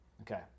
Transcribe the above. Okay